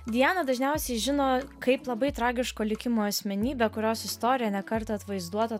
dianą dažniausiai žino kaip labai tragiško likimo asmenybę kurios istorija ne kartą atvaizduota